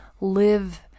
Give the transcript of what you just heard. live